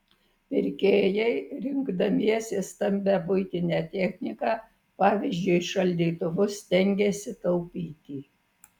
pirkėjai rinkdamiesi stambią buitinę techniką pavyzdžiui šaldytuvus stengiasi taupyti